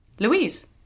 Louise